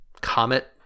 Comet